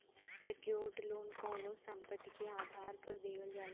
secured loan कउनो संपत्ति के आधार पर देवल जाला